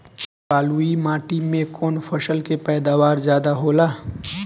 बालुई माटी में कौन फसल के पैदावार ज्यादा होला?